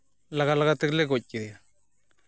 ᱞᱟᱜᱟᱼᱞᱟᱜᱟ ᱛᱮᱜᱮᱞᱮ ᱜᱚᱡ ᱠᱮᱫᱮᱭᱟ